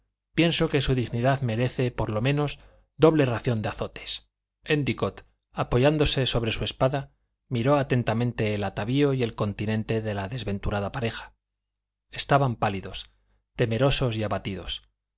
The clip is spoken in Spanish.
pienso que su dignidad merece por lo menos doble ración de azotes éndicott apoyándose sobre su espada miró atentamente el atavío y el continente de la desventurada pareja estaban pálidos temerosos y abatidos